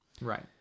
Right